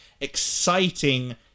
exciting